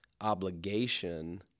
obligation